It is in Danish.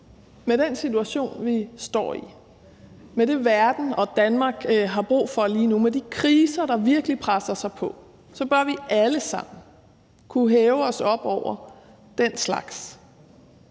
med den situation, vi står i, med det, verden og Danmark har brug for lige nu, med de kriser, der virkelig presser sig på, så bør vi alle sammen kunne hæve os op over den slags